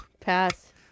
Pass